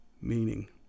meaning